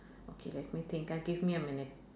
okay let me think ah give me a minute